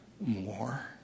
more